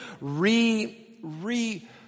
re-re-